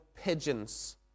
pigeons